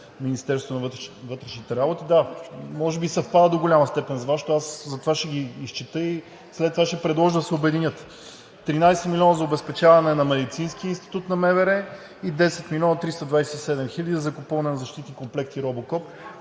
Министерството на вътрешните работи. Да, може би съвпада до голяма степен с Вашето, аз затова ще ги изчета и след това ще предложа да се обединят; 13 милиона за обезпечаване на Медицинския институт на МВР; и 10 милиона 327 хиляди за закупуване на защитни комплекти „Робокоп“,